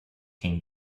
came